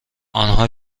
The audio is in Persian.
آنها